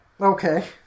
Okay